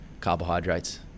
carbohydrates